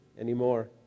anymore